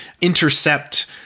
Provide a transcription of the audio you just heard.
intercept